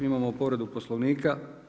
Imamo povredu Poslovnika.